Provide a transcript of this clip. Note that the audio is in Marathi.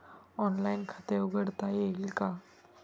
ऑनलाइन खाते उघडता येईल का?